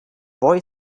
boy